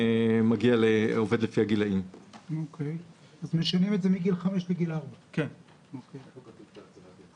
אם כן מותקנת ברכב מערכת עזר לנהג להתרעה